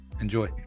Enjoy